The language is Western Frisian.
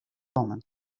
kommen